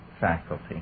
faculty